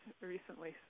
recently